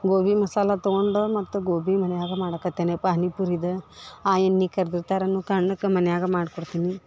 ಗೋಬಿ ಮಸಾಲೆ ತಗೊಂಡು ಮತ್ತು ಗೋಬಿ ಮನ್ಯಾಗ ಮಾಡಕತ್ತೀನಿ ಪಾನಿಪೂರಿದ ಆ ಎಣ್ಣೆ ಕರ್ದಿರ್ತರ ಅನ್ನು ಕಾರಣಕ್ಕೆ ಮನ್ಯಾಗ ಮಾಡ್ಕೊಡ್ತೀನಿ